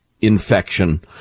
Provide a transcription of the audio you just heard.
infection